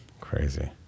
Crazy